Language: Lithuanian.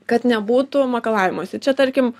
kad nebūtų makalavimosi čia tarkim